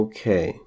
Okay